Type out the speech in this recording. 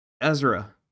Ezra